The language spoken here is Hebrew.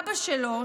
אבא שלו,